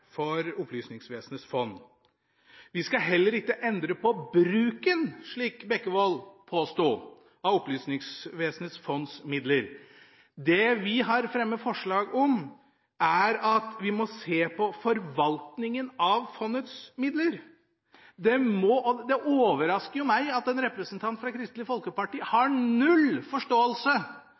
bruken av Opplysningsvesenets fonds midler. Det vi har fremmet forslag om, er at vi må se på forvaltningen av fondets midler. Det overrasker meg at en representant fra Kristelig Folkeparti har null forståelse